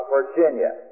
Virginia